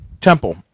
temple